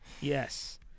Yes